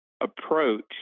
approach